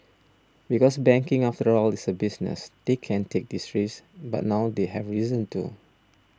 because banking after all is a business they can't take these risks but now they have reason to